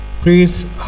Please